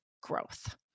growth